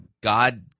God